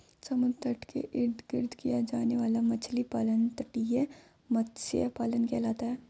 समुद्र तट के इर्द गिर्द किया जाने वाला मछली पालन तटीय मत्स्य पालन कहलाता है